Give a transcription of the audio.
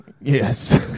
Yes